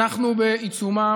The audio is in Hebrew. אנחנו בעיצומם